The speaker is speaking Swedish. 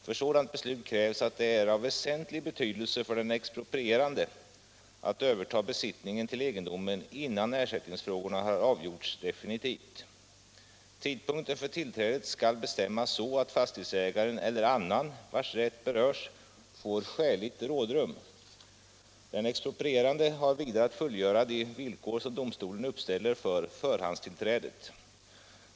För sådant beslut krävs att det är av väsentlig betydelse för den exproprierande att överta besittningen av egendomen innan ersättningsfrågorna har avgjorts definitivt. Tidpunkten för tillträdet skall bestämmas så att fastighetsägaren eller annan vars rätt berörs får skäligt rådrum. Den exproprierande har vidare att fullgöra de villkor som domstolen uppställer för förhandstillträdet.